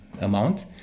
amount